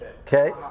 Okay